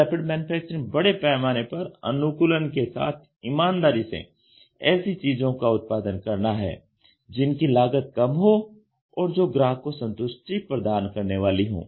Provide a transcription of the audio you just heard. तो rapid manufacturing बड़े पैमाने पर अनुकूलन के साथ ईमानदारी से ऐसी चीजों का उत्पादन करना है जिनकी लागत कम हो और जो ग्राहक को संतुष्टि प्रदान करने वाली हो